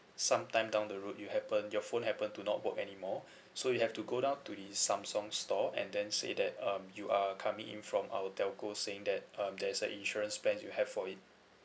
sometime down the road you happen your phone happen to not work anymore so you have to go down to the samsung store and then say that um you are coming in from our telco saying that um there's a insurance plans you have for it